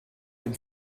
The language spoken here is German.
dem